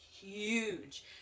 huge